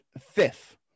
fifth